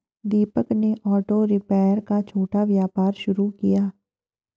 दीपक ने auto repair का छोटा व्यापार शुरू किया